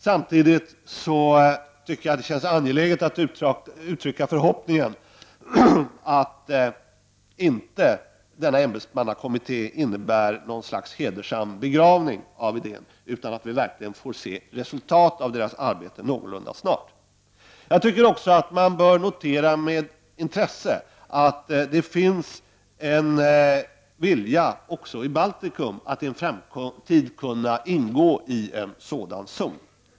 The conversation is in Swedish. Samtidigt tycker jag att det känns angeläget att uttrycka förhoppningen att inte denna ämbetsmannakommitté innebär något slags hedersam begravning av idéen utan att vi verkligen får se resultat av kommitténs arbete någorlunda snart. Jag tycker också att man med intresse bör notera att det finns en vilja i Baltikum att i en framtid ingå i en sådan zon.